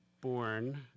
born